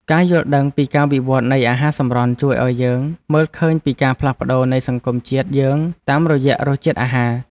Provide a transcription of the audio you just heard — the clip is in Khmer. ការយល់ដឹងពីការវិវត្តនៃអាហារសម្រន់ជួយឱ្យយើងមើលឃើញពីការផ្លាស់ប្តូរនៃសង្គមជាតិយើងតាមរយៈរសជាតិអាហារ។